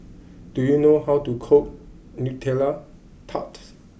do you know how to cook Nutella Tart